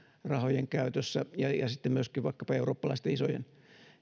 rahojen käytössä ja sitten myöskin vaikkapa eurooppalaisten isojen